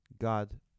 God